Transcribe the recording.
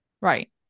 Right